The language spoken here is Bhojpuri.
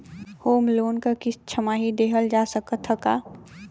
होम लोन क किस्त छमाही देहल जा सकत ह का?